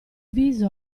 viso